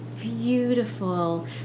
beautiful